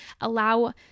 allow